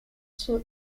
zur